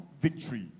victory